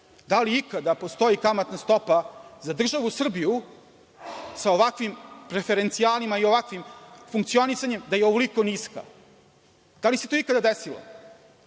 li ikada postoji kamatna stopa, za državu Srbiju, sa ovakvim referncijalima i ovakvim funkcionisanjem da je ovoliko niska? Da li se to ikada desilo?